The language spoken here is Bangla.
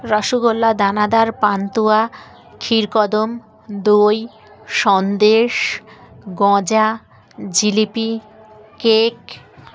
রসগোল্লা দানাদার পান্তুয়া ক্ষিরকদম্ব দই সন্দেশ গজা জিলিপি কেক